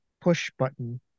push-button